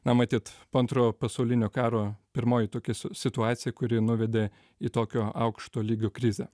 na matyt po antrojo pasaulinio karo pirmoji tokia situacija kuri nuvedė į tokio aukšto lygio krizę